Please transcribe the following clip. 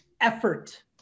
effort